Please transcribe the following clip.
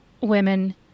women